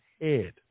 head